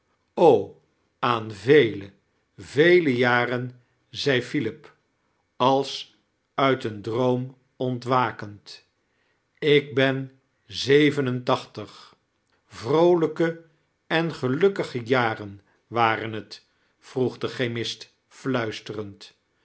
aan vele vele jaren zei philip als uit een droom ontwakend ik ben zeven en tachtig vroolijke en gelukkige jaren waren t vroeg de chemist fluisterend